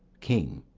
king.